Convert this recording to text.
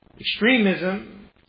Extremism